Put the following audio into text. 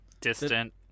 Distant